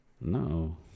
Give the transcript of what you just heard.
No